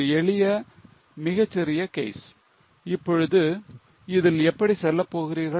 ஒரு எளிய மிகச் சிறிய கேஸ் இப்பொழுது இதில் எப்படி செல்லப் போகிறீர்கள்